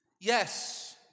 Yes